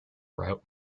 route